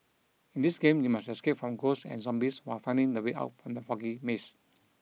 in this game you must escape from ghosts and zombies while finding the way out from the foggy maze